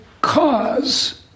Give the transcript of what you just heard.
cause